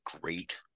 great